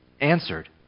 answered